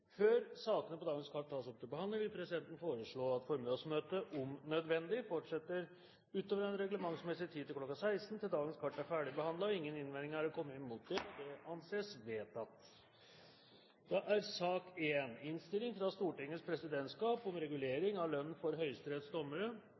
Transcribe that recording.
Før sakene på dagens kart tas opp til behandling, vil presidenten foreslå at formiddagsmøtet om nødvendig fortsetter utover den reglementsmessige tid, kl. 16, til dagens kart er ferdigbehandlet. – Ingen innvendinger er kommet mot presidentens forslag, og det anses vedtatt. Ingen har bedt om ordet. Ingen har bedt om ordet. Etter ønske fra